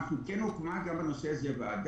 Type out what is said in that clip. בנושא הזה הוקמה ועדה,